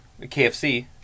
KFC